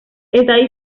está